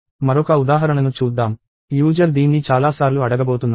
మరొక ఉదాహరణను చూద్దాం యూజర్ దీన్ని చాలాసార్లు అడగబోతున్నారు